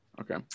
okay